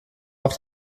auf